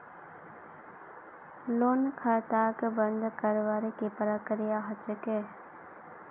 loan खाताक बंद करवार की प्रकिया ह छेक